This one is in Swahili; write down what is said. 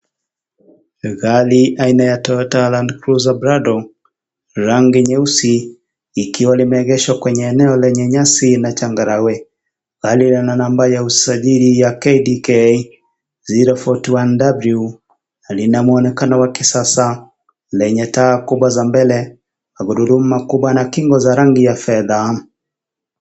Gari aina ya Toyota Lancruiser Prado rangi nyeusi likiwa lime egeshwa kwenye eneo lenye nyasi na changarawe gari lmaina namba ya usajili ya KDK 041 W na lina mwonekano wa kisasa lenye taa kubwa za mbele gurudumu makubwa na kingo za rangi ya fedha.